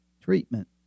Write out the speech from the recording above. treatment